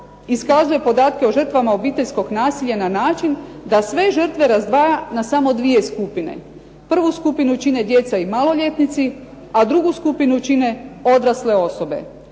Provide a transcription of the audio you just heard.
iskazuje podatke o žrtvama obiteljskog nasilja na način da sve žrtve razdvaja na samo dvije skupine. Prvu skupinu čine djeca i maloljetnici, a drugu skupinu čine odrasle osobe.